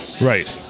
Right